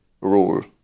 rule